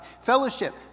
Fellowship